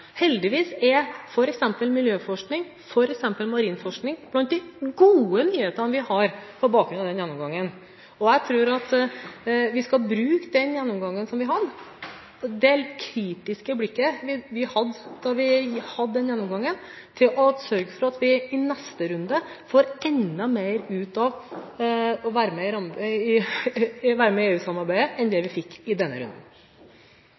Heldigvis er f.eks. miljøforskning og marin forskning blant de gode nyhetene som har kommet på bakgrunn av denne gjennomgangen. Jeg tror at vi skal bruke den gjennomgangen vi hadde, det kritiske blikket vi hadde på denne gjennomgangen, til å sørge for at vi i neste runde får enda mer ut av det å være med i EU-samarbeidet enn det vi fikk i denne runden.